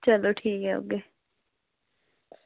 चलो ठीक ऐ औगे